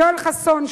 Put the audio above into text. יואל חסון,